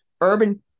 urban